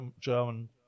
German